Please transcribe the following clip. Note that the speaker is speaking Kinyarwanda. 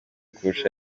kurusha